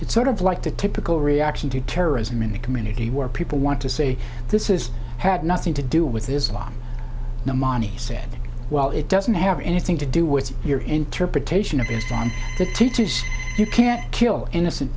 it's sort of like the typical reaction to terrorism in the community where people want to say this is had nothing to do with islam no mani said well it doesn't have anything to do with your interpretation of the stand teaches you can't kill innocent